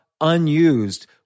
unused